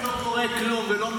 אפילו אם לא קורה כלום,